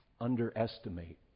underestimate